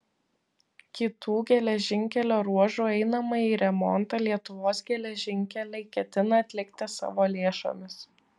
kitų geležinkelio ruožų einamąjį remontą lietuvos geležinkeliai ketina atlikti savo lėšomis